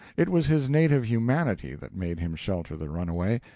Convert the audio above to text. it was his native humanity that made him shelter the runaway,